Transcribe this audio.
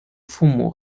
父母